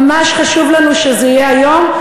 ממש חשוב לנו שזה יהיה היום.